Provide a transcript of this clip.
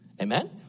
Amen